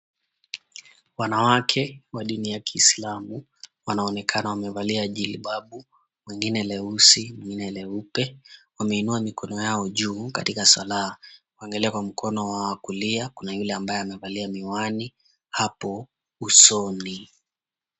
Wanawake wa dini ya kiislamu wanaonekana wamevalia jilbabu, lingine leusi, lingine leupe. Wameinua mikono yao juu katika salaa. Kuangalia kwa mkono wao wa kulia kuna yule ambaye amevalia miwani hapo usoni.